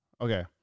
Okay